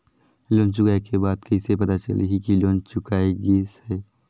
Loan चुकाय के बाद कइसे पता चलही कि लोन चुकाय गिस है?